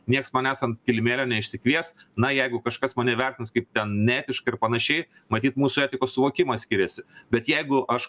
nieks manęs ant kilimėlio neišsikvies na jeigu kažkas mane vertins kaip ten neetiška ir panašiai matyt mūsų etikos suvokimas skiriasi bet jeigu aš